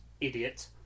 Idiot